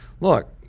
look